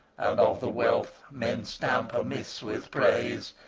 and of the wealth, men stamp amiss with praise,